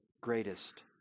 greatest